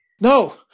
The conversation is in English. No